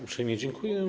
Uprzejmie dziękuję.